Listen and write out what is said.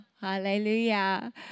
Hallelujah